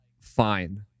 fine